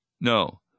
No